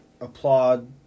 Applaud